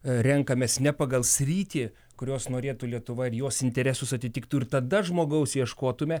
renkamės ne pagal sritį kurios norėtų lietuva ir jos interesus atitiktų ir tada žmogaus ieškotumėme